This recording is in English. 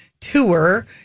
tour